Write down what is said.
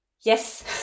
yes